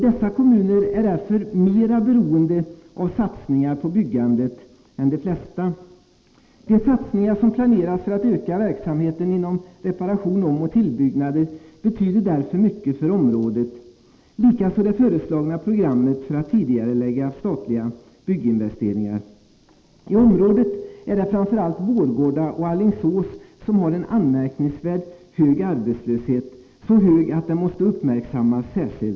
Dessa kommuner är därför mera beroende av satsningar på byggandet än de flesta. De satsningar som planeras för att öka verksamheten inom reparation, omoch tillbyggnader betyder därför mycket för området — likaså det föreslagna programmet för att tidigarelägga statliga bygginvesteringar. I området är det framför allt Vårgårda och Alingsås som har en anmärkningsvärt hög arbetslöshet, så hög att den måste uppmärksammas särskilt.